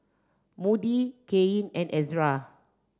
Moody Kaelyn and Ezra